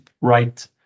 right